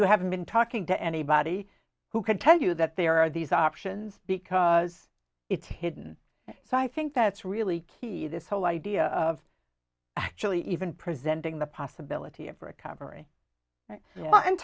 you haven't been talking to anybody who could tell you that there are these options because it's hidden so i think that's really key this whole idea of actually even presenting the possibility of recovery and